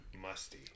Musty